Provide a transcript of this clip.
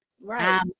Right